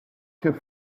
have